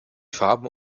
farben